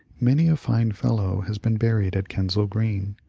many a fine fellow has been buried at kensal green,